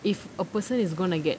if a person is gonna get